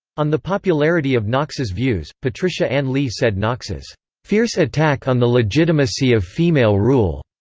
on the popularity of knox's views, patricia-ann lee said knox's fierce attack on the legitimacy of female rule.